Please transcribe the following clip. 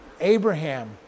Abraham